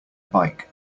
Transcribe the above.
bike